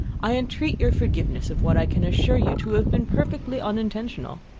i entreat your forgiveness of what i can assure you to have been perfectly unintentional.